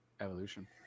evolution